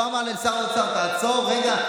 הוא לא אמר לשר האוצר: תעצור רגע,